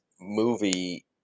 movie